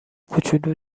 کوچولو